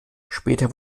später